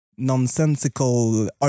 nonsensical